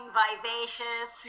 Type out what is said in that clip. vivacious